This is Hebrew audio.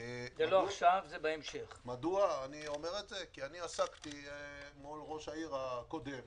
אני אומר את זה כי עסקתי מול ראש העיר הקודם